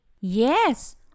Yes